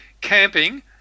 camping